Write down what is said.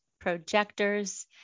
projectors